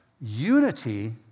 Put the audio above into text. Unity